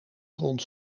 grond